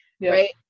right